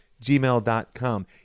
gmail.com